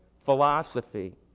philosophy